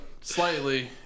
slightly